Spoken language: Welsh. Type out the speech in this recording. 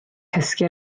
cysgu